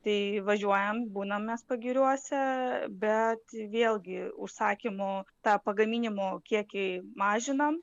tai važiuojam būnam mes pagiriuose bet vėlgi užsakymo tą pagaminimo kiekiai mažinam